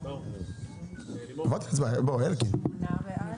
מי בעד?